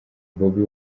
bobi